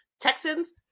Texans